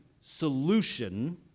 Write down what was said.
solution